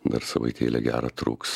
dar savaitėlę gero truks